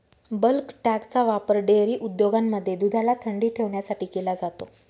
bulk टँकचा वापर dairy उद्योगांमध्ये दुधाला थंडी ठेवण्यासाठी केला जातो